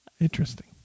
interesting